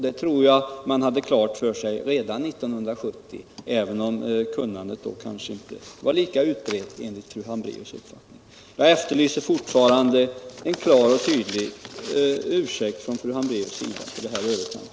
Det tror jag att man hade klart för sig redan 1970, även om kunnandet då inte var lika utbrett enligt fru Hambracus uppfattning. Energiforskning, Jag efterlyser fortfarande en klar och tydlig ursäkt från fru Hambraeus sida för det här övertrampet.